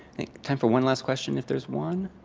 think time for one last question, if there's one.